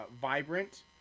vibrant